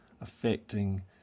affecting